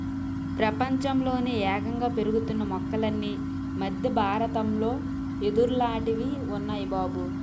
ప్రపంచంలోనే యేగంగా పెరుగుతున్న మొక్కలన్నీ మద్దె బారతంలో యెదుర్లాటివి ఉన్నాయ్ బాబూ